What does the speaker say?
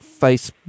Facebook